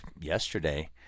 yesterday